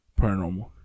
paranormal